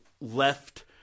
left